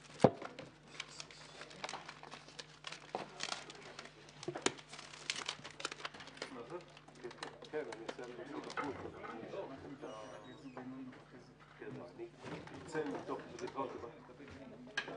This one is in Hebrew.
11:50.